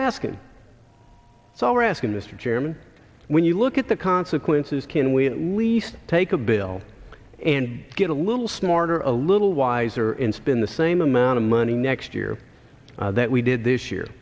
asking so we're asking mr chairman when you look at the consequences can we at least take a bill and get a little smarter a little wiser in spin the same amount of money next year that we did this year